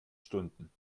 stunden